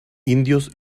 indios